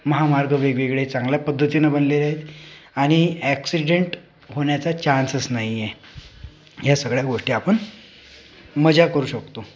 महामार्ग वेगवेगळे चांगल्या पद्धतीनं बनलेले आहेत आणि ॲक्सिडेंट होण्याचा चान्सच नाही आहे या सगळ्या गोष्टी आपण मजा करू शकतो